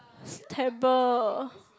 it's terrible